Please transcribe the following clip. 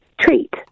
treat